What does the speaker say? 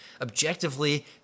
Objectively